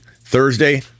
Thursday